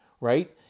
right